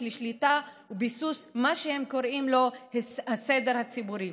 לשליטה וביסוס של מה שהם קוראים לו "הסדר הציבורי",